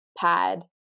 pad